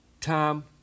Tom